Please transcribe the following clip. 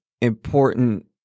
important